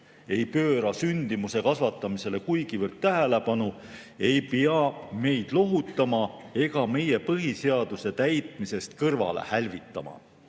ei pööra sündimuse kasvatamisele kuigivõrd tähelepanu, ei pea meid lohutama ega meid meie põhiseaduse täitmisest kõrvale hälvitama.